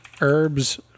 Herbs